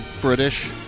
British